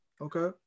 Okay